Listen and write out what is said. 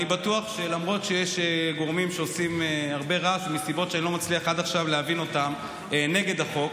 אני בטוח שלמרות שיש גורמים שעושים הרבה רעש נגד החוק